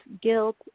guilt